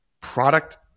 product